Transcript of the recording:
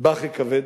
"בך אכבד"?